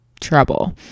trouble